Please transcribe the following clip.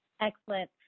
Excellent